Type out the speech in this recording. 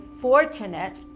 fortunate